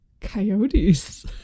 Coyotes